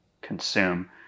consume